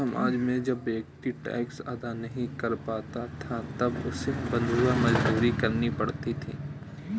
समाज में जब व्यक्ति टैक्स अदा नहीं कर पाता था तब उसे बंधुआ मजदूरी करनी पड़ती थी